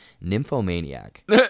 Nymphomaniac